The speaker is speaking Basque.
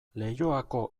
leioako